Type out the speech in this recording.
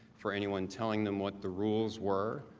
for anyone telling them what the rules were.